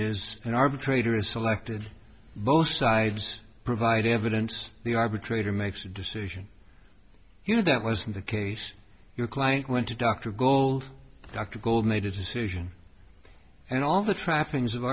is an arbitrator is selected both sides provide evidence the arbitrator makes a decision you know that wasn't the case your client went to dr gold dr gold made a decision and all the trappings of